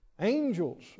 Angels